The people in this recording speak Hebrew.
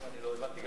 גם אני לא הבנתי.